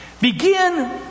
begin